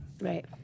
Right